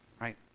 right